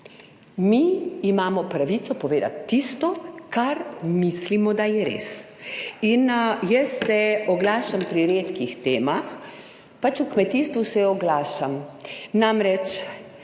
Mi imamo pravico povedati tisto, kar mislimo, da je res in jaz se oglašam pri redkih temah, pač v kmetijstvu se oglašam. Namreč,